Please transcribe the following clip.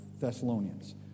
Thessalonians